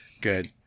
good